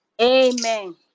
Amen